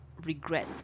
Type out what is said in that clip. Regret